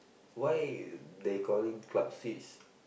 why they calling club switch